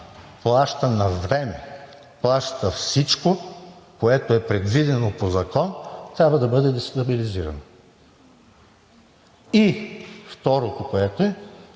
плаща навреме, плаща всичко, което е предвидено по закон, трябва да бъде дестабилизирана. И второто, което е,